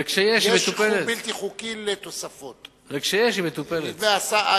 וכשיש, היא מטופלת.